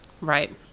Right